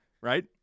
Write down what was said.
Right